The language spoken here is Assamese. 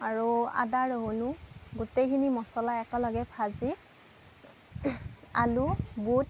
আৰু আদা ৰহুনো গোটেইখিনি মছলা একেলগে ভাজি আলু বুট